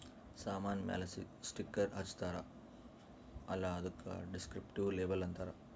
ಸಾಮಾನ್ ಮ್ಯಾಲ ಸ್ಟಿಕ್ಕರ್ ಹಚ್ಚಿರ್ತಾರ್ ಅಲ್ಲ ಅದ್ದುಕ ದಿಸ್ಕ್ರಿಪ್ಟಿವ್ ಲೇಬಲ್ ಅಂತಾರ್